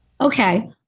Okay